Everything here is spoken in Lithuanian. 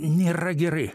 nėra gerai